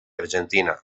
argentina